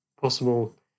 possible